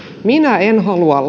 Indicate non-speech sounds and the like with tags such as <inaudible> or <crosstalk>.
minä en halua <unintelligible>